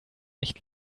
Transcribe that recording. nicht